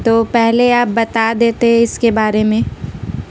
تو پہلے آپ بتا دیتے اس کے بارے میں